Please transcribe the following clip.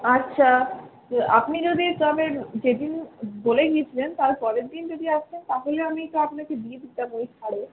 আচ্ছা আপনি যদি তবে যেদিন বলে গিয়েছিলেন তারপরের দিন যদি আসতেন তাহলে আমি তো আপনাকে দিয়ে দিতাম ঐ ছাড়ে